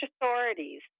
authorities